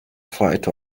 flight